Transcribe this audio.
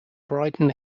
brighton